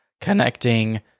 connecting